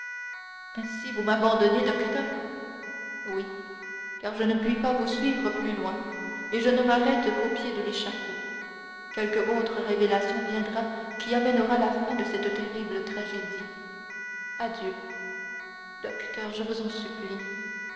ainsi vous m'abandonnez docteur oui car je ne puis pas vous suivre plus loin et je ne m'arrête qu'au pied de l'échafaud quelque autre révélation viendra qui amènera la fin de cette terrible tragédie adieu docteur je vous en supplie